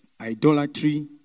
idolatry